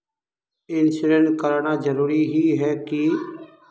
Insurance कराना जरूरी ही है की?